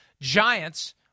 Giants